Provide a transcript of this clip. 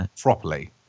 properly